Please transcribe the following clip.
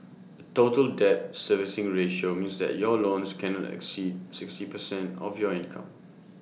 A total debt servicing ratio means that your loans cannot exceed sixty percent of your income